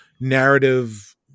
narrative